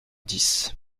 dix